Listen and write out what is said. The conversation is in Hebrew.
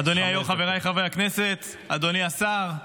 אדוני היו"ר, חבריי חברי הכנסת, אדוני השר,